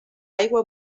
aigua